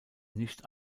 nicht